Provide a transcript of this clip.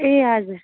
ए हजुर